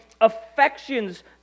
affections